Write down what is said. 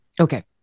Okay